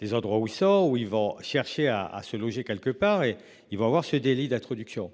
Les endroits où ça, où ils vont chercher à, à se loger quelque part et ils vont avoir ce délit d'introduction